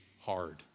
hard